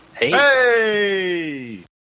Hey